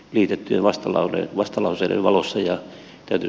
liiketilasta lauri vastalauseiden valossa ja ety